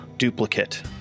duplicate